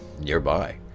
nearby